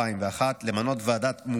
אושרה בקריאה ראשונה ותעבור לדיון בוועדת הפנים